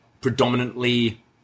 predominantly